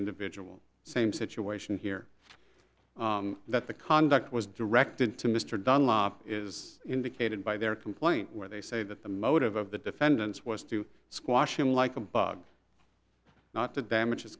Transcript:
individual same situation here that the conduct was directed to mr dunlop is indicated by their complaint where they say that the motive of the defendants was to squash him like a bug not to damage